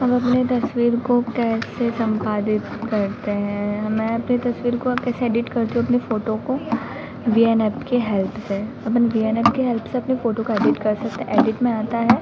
हम अपने तस्वीर को कैसे संपादित करते हैं हं मैं अपनी तस्वीर को कैसे एडिट करती हूँ अपनी फ़ोटो को वी एन ऐप की हेल्प से अपन वी एन एप की हेल्प से अपनी फ़ोटो को एडिट कर सकते हैं एडिट में आता है